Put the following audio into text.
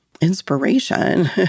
inspiration